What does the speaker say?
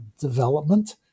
development